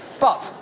but,